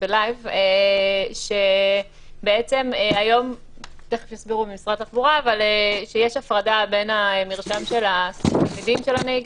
זה שיש לכם תיק הוצאה לפועל ועוד תשעה חודשים תתעלמו